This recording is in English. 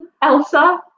Elsa